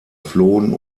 flohen